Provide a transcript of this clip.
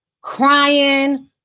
crying